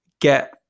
get